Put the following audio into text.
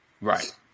Right